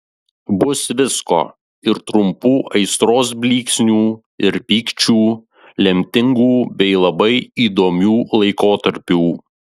bus visko ir trumpų aistros blyksnių ir pykčių lemtingų bei labai įdomių laikotarpių